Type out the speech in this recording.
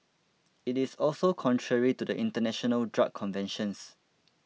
it is also contrary to the international drug conventions